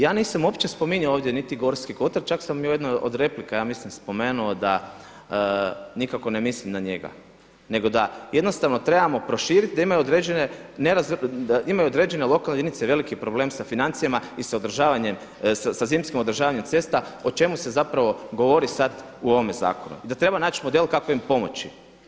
Ja nisam uopće ovdje spominjao niti Gorski kotar, čak sam u jednoj od replika ja mislim spomenuo da nikako ne mislim na njega nego da jednostavno trebamo proširiti da imaju određene lokalne jedinice veliki problem sa financijama i sa održavanjem sa zimskim održavanjem cesta o čemu se govori sada u ovome zakonu i da treba naći model kako im pomoći.